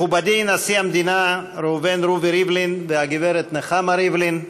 מכובדי נשיא המדינה ראובן רובי ריבלין והגברת נחמה ריבלין,